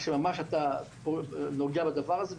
אתה ממש נוגע בדבר הזה,